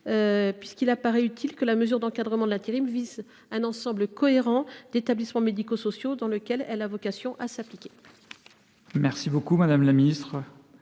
et 67. Il apparaît utile que la mesure d’encadrement de l’intérim vise un ensemble cohérent d’établissements médico sociaux dans lesquels elle a vocation à s’appliquer.